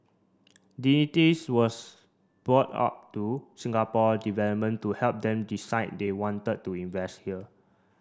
was brought up to Singapore development to help them decide they wanted to invest here